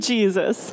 Jesus